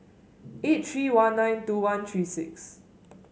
eight three one nine two one three six